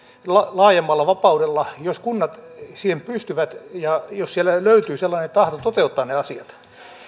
laajemmalla vapaudella jos kunnat siihen pystyvät ja jos siellä löytyy sellainen tahto toteuttaa ne asiat